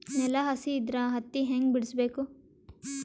ನೆಲ ಹಸಿ ಇದ್ರ ಹತ್ತಿ ಹ್ಯಾಂಗ ಬಿಡಿಸಬೇಕು?